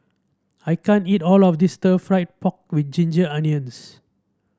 I can't eat all of this Stir Fried Pork with Ginger Onions